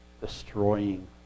destroying